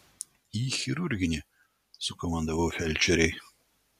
į chirurginį sukomandavau felčerei